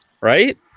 right